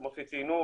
כמו שציינו,